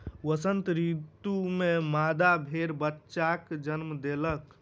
वसंत ऋतू में मादा भेड़ बच्चाक जन्म देलक